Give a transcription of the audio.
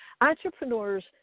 entrepreneurs